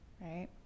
Right